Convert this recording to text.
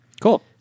Cool